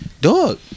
Dog